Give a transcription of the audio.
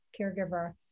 caregiver